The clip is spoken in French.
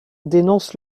dénonce